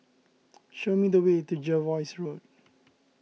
show me the way to Jervois Road